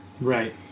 Right